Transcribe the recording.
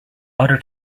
other